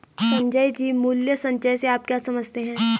संजय जी, मूल्य संचय से आप क्या समझते हैं?